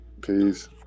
Peace